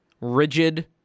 rigid